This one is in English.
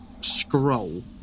scroll